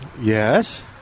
Yes